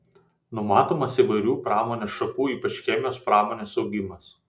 numatomas įvairių pramonės šakų ypač chemijos pramonės augimas